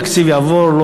התקציב יעבור,